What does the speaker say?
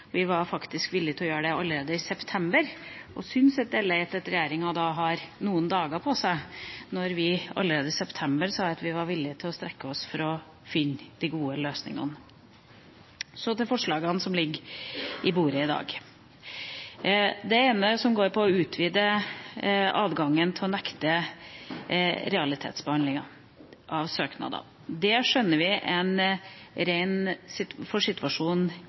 Vi var faktisk villige til å gjøre det allerede i september og syns det er leit at regjeringa har noen dager på seg – når vi allerede i september sa at vi var villige til å strekke oss for å finne de gode løsningene. Så til forslagene som ligger på bordet i dag. Det ene forslaget, som handler om å utvide adgangen til å nekte realitetsbehandlinga av søknadene, skjønner vi er for situasjonen